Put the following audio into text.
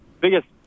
biggest